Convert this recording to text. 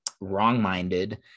wrong-minded